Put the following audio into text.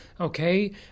Okay